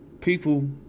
people